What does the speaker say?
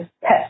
pet